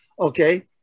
Okay